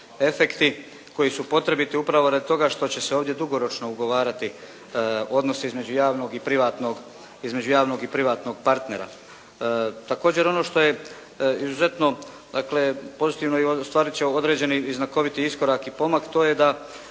efekti koji su potrebiti upravo radi toga što će se ovdje dugoročno ugovarati odnosi između javnog i privatnog, između javnog i privatnog partnera. Također ono što je izuzetno dakle pozitivno i ostvarit će određeni i znakoviti iskorak i pomak to je da